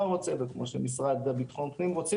רוצה וכפי שהמשרד לביטחון פנים רוצה,